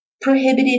prohibited